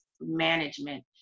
management